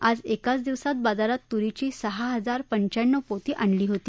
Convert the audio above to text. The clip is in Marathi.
आज एकाच दिवसात बाजारात तुरीची सहा हजार पंचाण्णव पोती आणली होती